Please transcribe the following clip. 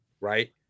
right